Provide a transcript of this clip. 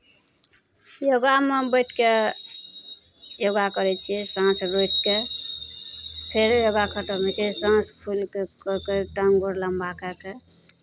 योगामे बैठि कऽ योगा करै छियै साँस रोकि कऽ फेर योगा खतम होइ छै साँस खोलि कए कऽ कए टाँङ्ग गोर लम्बा कए कऽ